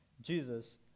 Jesus